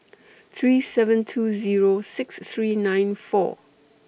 three seven two Zero six three nine four